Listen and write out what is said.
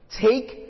Take